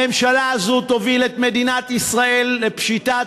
הממשלה הזאת תוביל את מדינת ישראל לפשיטת